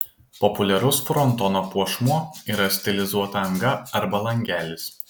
populiarus frontono puošmuo yra stilizuota anga arba langelis